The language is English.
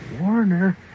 Warner